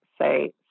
say